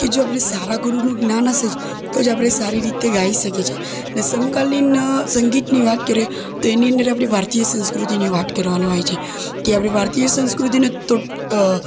કે જો આપણે સારા ગુરુનું જ્ઞાન હશે જ તો જ આપણે સારી રીતે ગાઈ શકીએ છીએ ને સમકાલીન સંગીતની વાત કરીએ તો એની અંદર આપણી ભરતીય સંસ્કૃતિની વાત કરવાનો હોય છે કે આપણી ભારતીય સંસ્કૃતિનું તો